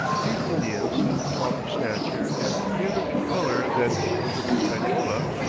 these indians, tall of stature, and paler in colour than those of hispaniola,